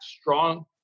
strong